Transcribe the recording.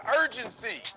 urgency